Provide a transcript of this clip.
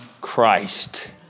Christ